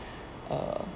err